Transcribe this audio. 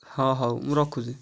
ହଁ ହଉ ମୁଁ ରଖୁଛି